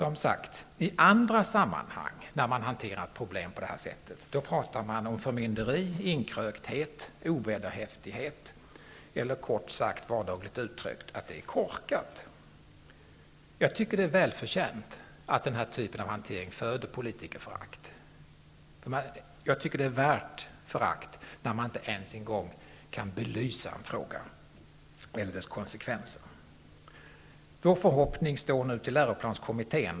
I andra sammanhang där problemen hanteras på detta sätt talar man om förmynderi, inkrökthet, ovederhäftighet. Kort sagt vardagligt uttryckt tycker man att det är korkat. Jag tycker att det är välförtjänt att den här typen av hantering föder politikerförakt. Det är värt förakt när man inte ens en gång kan belysa konsekvenserna. Nu får vår förhoppning stå till läroplanskommittén.